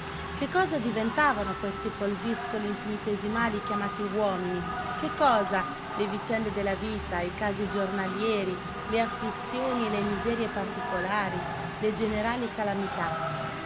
che cosa diventavano questi polviscoli infinitesimali chiamati uomini che cosa le vicende della vita i casi giornalieri le afflizioni e le miserie particolari le generali calamità